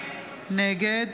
נגד